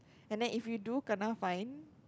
and then if you do kena fine